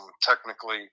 technically